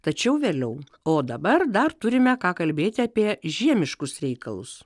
tačiau vėliau o dabar dar turime ką kalbėti apie žiemiškus reikalus